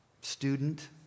student